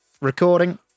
Recording